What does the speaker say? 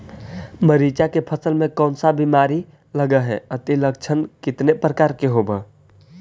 मीरचा के फसल मे कोन सा बीमारी लगहय, अती लक्षण कितने प्रकार के होब?